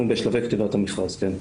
אנחנו בשלבי כתיבת המכרז, כן.